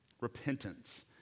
Repentance